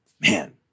man